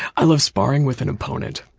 i love sparring with an opponent.